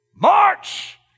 March